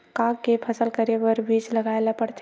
का के फसल करे बर बीज लगाए ला पड़थे?